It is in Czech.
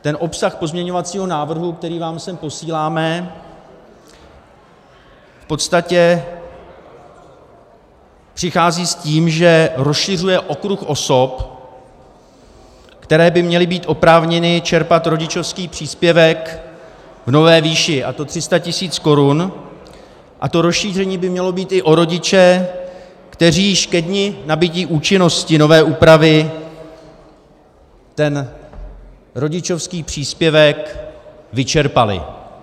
Ten obsah pozměňovacího návrhu, který vás sem posíláme, v podstatě přichází s tím, že rozšiřuje okruh osob, které by měly být oprávněny čerpat rodičovský příspěvek v nové výši, a to 300 tisíc korun, a to rozšíření by mělo být i o rodiče, kteří již ke dni nabytí účinnosti nové úpravy rodičovský příspěvek vyčerpali.